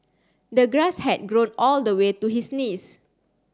the grass had grown all the way to his knees